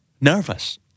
nervous